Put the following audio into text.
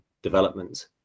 Development